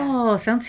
oh